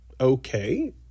Okay